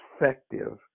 effective